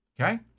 Okay